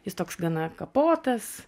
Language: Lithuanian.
jis toks gana kapotas